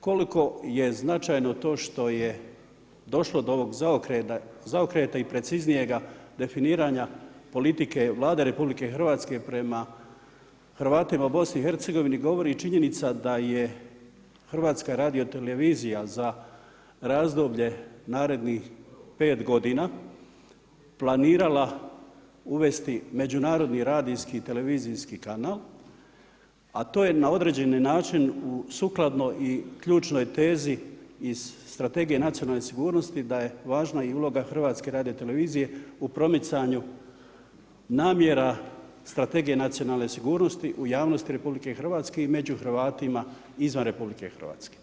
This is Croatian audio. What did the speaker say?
Koliko je značajno to što je došlo do ovog zaokreta i preciznijega definiranja politike Vlade RH prema Hrvatima u BiH govori i činjenica da je HRT za razdoblje narednih 5 godina planirala uvesti međunarodni radijski i televizijski kanal a to je na određeni način sukladno i ključnoj tezi iz Strategije nacionalne sigurnosti da je važna i uloga HRT-a u promicanju namjera Strategije nacionalne sigurnosti u javnosti RH i među Hrvatima izvan RH.